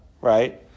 right